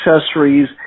accessories